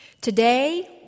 Today